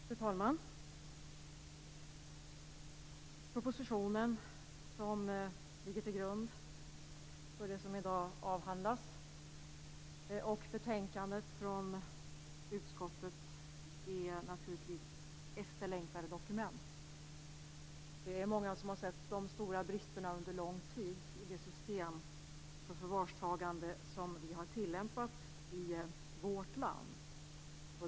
Fru talman! Den proposition som ligger till grund för det som i dag avhandlas är, liksom betänkandet från utskottet, naturligtvis efterlängtade dokument. Det är många som under lång tid har sett de stora bristerna i det system för förvarstagande som vi har tillämpat i vårt land.